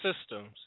systems